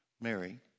Mary